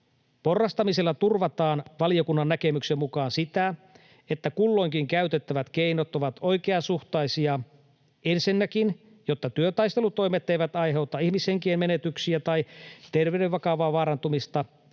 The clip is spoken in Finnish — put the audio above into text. Porrastamisella turvataan valiokunnan näkemyksen mukaan sitä, että kulloinkin käytettävät keinot ovat oikeasuhtaisia, jotta ensinnäkään työtaistelutoimet eivät aiheuta ihmishenkien menetyksiä tai terveyden vakavaa vaarantumista